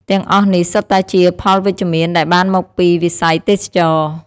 ទាំងអស់នេះសុទ្ធតែជាផលវិជ្ជមានដែលបានមកពីវិស័យទេសចរណ៍។